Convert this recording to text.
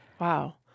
Wow